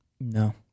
No